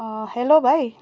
hello भाइ